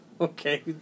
okay